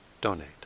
donate